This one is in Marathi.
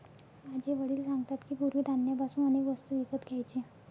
माझे वडील सांगतात की, पूर्वी धान्य पासून अनेक वस्तू विकत घ्यायचे